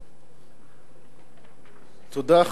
תודה.